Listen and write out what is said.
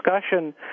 Discussion